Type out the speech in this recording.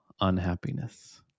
unhappiness